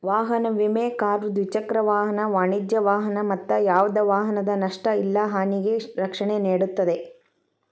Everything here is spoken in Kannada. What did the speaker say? ವಾಹನ ವಿಮೆ ಕಾರು ದ್ವಿಚಕ್ರ ವಾಹನ ವಾಣಿಜ್ಯ ವಾಹನ ಮತ್ತ ಯಾವ್ದ ವಾಹನದ ನಷ್ಟ ಇಲ್ಲಾ ಹಾನಿಗೆ ರಕ್ಷಣೆ ನೇಡುತ್ತದೆ